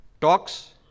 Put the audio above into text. talks